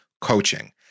coaching